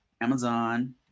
amazon